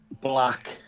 Black